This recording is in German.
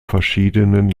verschiedenen